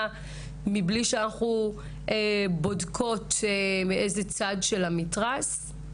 מבלי שאנחנו בודקות מאיזה צד של המתרס אנחנו,